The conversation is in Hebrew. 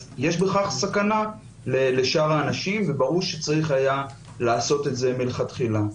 יש בכך סכנה לשאר האנשים וברור שהיה צריך לעשות את זה מלכתחילה.